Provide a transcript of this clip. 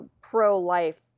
pro-life